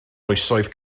oesoedd